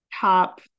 top